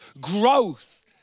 growth